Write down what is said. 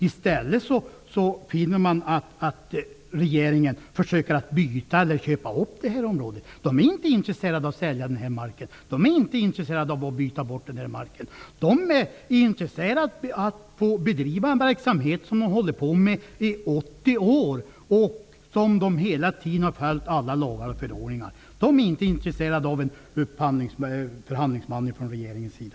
I stället finner man att regeringen försöker att byta eller köpa in detta område. Ägarna är inte intresserade av att sälja eller byta bort denna mark. De är intresserade av att få fortsätta att bedriva en verksamhet vilken man har hållit på med i 80 år och i vilken man hela tiden har följt alla lagar och förordningar. De är inte intresserade av en förhandlingsman från regeringens sida.